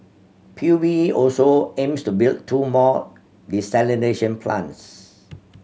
P U B also aims to build two more desalination plants